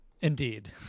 Indeed